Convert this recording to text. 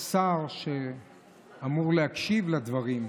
יש שר שאמור להקשיב לדברים.